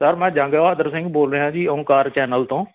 sir ਮੈਂ ਜੰਗ ਬਹਾਦਰ ਸਿੰਘ ਬੋਲ ਰਿਹਾ ਜੀ ਓਂਕਾਰ ਚੈਨਲ ਤੋਂ